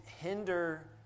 hinder